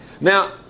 Now